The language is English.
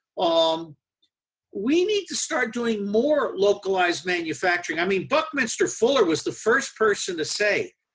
um we need to start doing more localized manufacturing. i mean buckminster fuller was the first person to say,